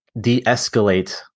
de-escalate